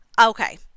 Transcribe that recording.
Okay